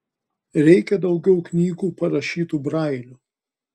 reikia daugiau knygų parašytų brailiu